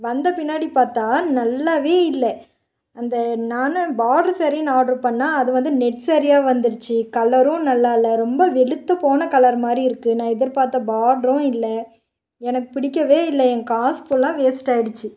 வந்த பின்னாடி பார்த்தா நல்லாவே இல்லை அந்த நானும் பாட்ரு ஸேரீன்னு ஆர்ட்ரு பண்ணிணேன் அது வந்து நெட் ஸேரீயாக வந்துருச்சு கலரும் நல்லாயில்ல ரொம்ப வெளுத்து போன கலர் மாதிரி இருக்குது நான் எதிர்பார்த்த பாட்ரும் இல்லை எனக்கு பிடிக்கவே இல்லை என் காசு ஃபுல்லாக வேஸ்ட்டாகிடுச்சி